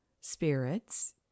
spirits